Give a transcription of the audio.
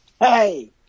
Hey